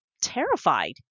terrified